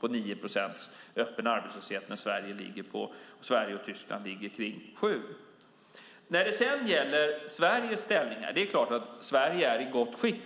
på 9 procent, medan den i Sverige och Tyskland ligger på 7 procent. Sverige är i gott skick.